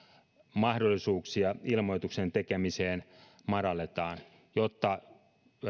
mahdollisuuksia ilmoituksen tekemiseen madalletaan jotta